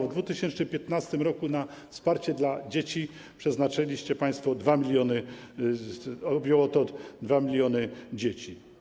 W 2015 r. na wsparcie dla dzieci przeznaczyliście państwo 2 mln, objęło to 2 mln dzieci.